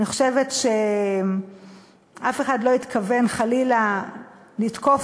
אני חושבת שאף אחד לא התכוון חלילה לתקוף